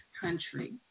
country